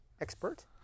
Expert